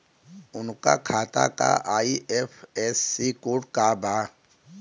उनका खाता का आई.एफ.एस.सी कोड का बा?